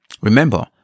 Remember